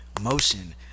motion